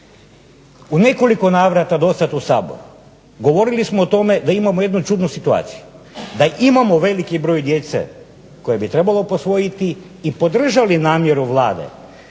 U nekoliko navrata do sada u SAboru govorili smo o tome da imamo jednu čudnu situaciju, da imamo veliki broj djece koju bi trebalo posvojiti i podržali namjeru Vlade